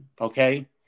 okay